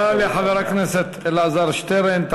תודה לחבר הכנסת אלעזר שטרן.